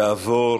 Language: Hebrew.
תעבור